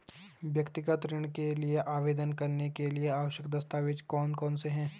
व्यक्तिगत ऋण के लिए आवेदन करने के लिए आवश्यक दस्तावेज़ कौनसे हैं?